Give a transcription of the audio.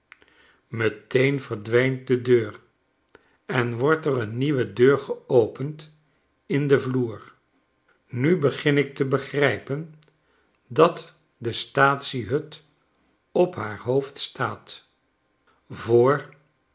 meteen verdwijnt de deur en wordt er een nieuwe deur geopend in den vloer nu begin ik te begrijpen dat de statiehut op haar hoofd staat voor